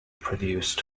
produced